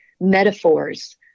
metaphors